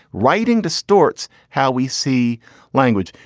writing distorts how we see language.